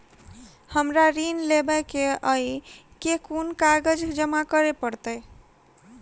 हमरा ऋण लेबै केँ अई केँ कुन कागज जमा करे पड़तै?